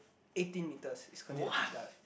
eighteen meters is consider a deep dive